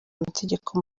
amategeko